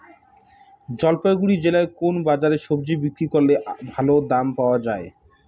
জলপাইগুড়ি জেলায় কোন বাজারে সবজি বিক্রি করলে ভালো দাম পাওয়া যায়?